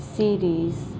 series